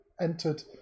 entered